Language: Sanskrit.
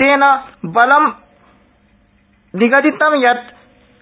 तेन सबलं निगदितं यत्